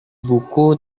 buku